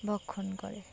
ভক্ষণ করে